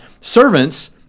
servants